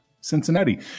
Cincinnati